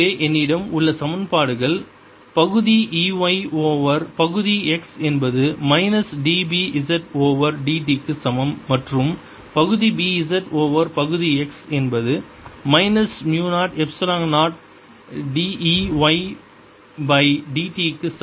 Ey∂x Bz∂t±1vEy∂tvspeed of waves Bz±Eyv±Eyc Waves travelling to the right BzEyc BxEyc எனவே என்னிடம் உள்ள சமன்பாடுகள் பகுதி E y ஓவர் பகுதி x என்பது minus d B z over dt க்கு சமம் மற்றும் பகுதி B z ஓவர் பகுதி x என்பது மைனஸ் மு 0 epsilon 0 d E y by dt க்கு சமம்